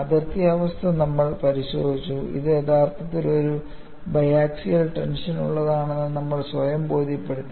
അതിർത്തി അവസ്ഥ നമ്മൾ പരിശോധിച്ചു ഇത് യഥാർത്ഥത്തിൽ ഒരു ബൈ ആക്സെൽ ടെൻഷനുള്ളതാണെന്ന് നമ്മൾ സ്വയം ബോധ്യപ്പെടുത്തി